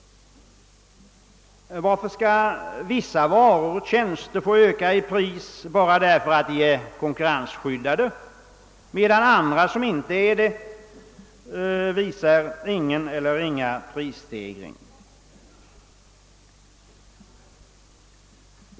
Varför skall vissa varor och tjänster få öka i pris bara därför att de är konkurrensskyddade, medan andra som inte är det visar ingen eller ringa prisstegring?